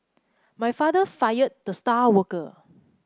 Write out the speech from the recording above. my father fired the star worker